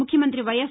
ముఖ్యమంత్రి వైఎస్